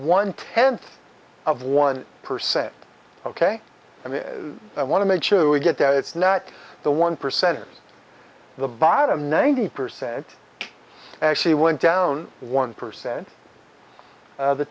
one tenth of one percent ok i mean i want to make sure we get that it's not the one percent the bottom ninety percent actually went down one percent